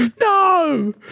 No